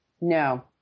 No